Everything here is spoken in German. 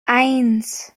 eins